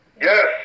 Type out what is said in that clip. Yes